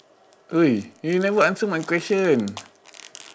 !oi! you never answer my question